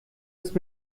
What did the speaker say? ist